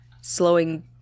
slowing